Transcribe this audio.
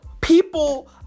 People